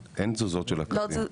אין תזוזות של הקווים.